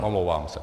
Omlouvám se.